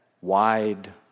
wide